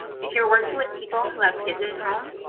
if you're working with people who have kids at home,